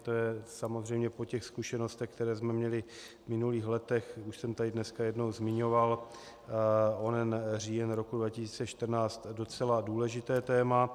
To je samozřejmě po těch zkušenostech, které jsme měli v minulých letech, už jsem tady dneska jednou zmiňoval onen říjen roku 2014, docela důležité téma.